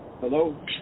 Hello